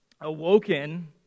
awoken